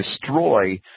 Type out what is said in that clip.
destroy